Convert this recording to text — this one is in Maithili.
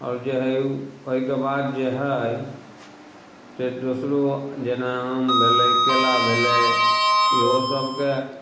आओर जे हइ उ ओइके बाद जे हइ से दोसरो जेना आम भेलय केला भेलय इहो सभके